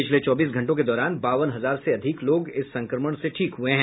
पिछले चौबीस घंटों के दौरान बावन हजार से अधिक लोग इस संक्रमण से ठीक हुए हैं